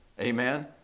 Amen